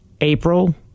April